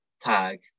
tag